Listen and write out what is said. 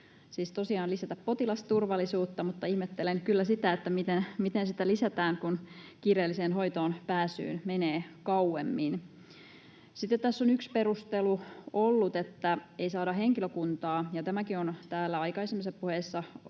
siis tosiaan lisätä potilasturvallisuutta, mutta ihmettelen kyllä, miten sitä lisätään, kun kiireelliseen hoitoon pääsyyn menee kauemmin. Tässä on yksi perustelu ollut, että ei saada henkilökuntaa, ja tämäkin on täällä aikaisemmissa puheissa osin